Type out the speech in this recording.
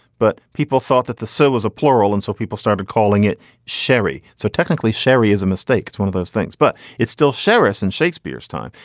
but people thought that the soul was a plural, and so people started calling it sherry. so technically, sherry is a mistake. one of those things, but it's still sheriffs' in shakespeare's time.